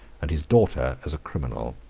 and his daughter as a criminal.